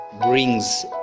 Brings